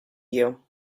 you